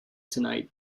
tonight